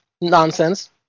nonsense